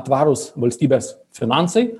tvarūs valstybės finansai